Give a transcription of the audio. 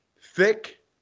thick